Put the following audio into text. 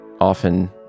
often